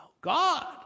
God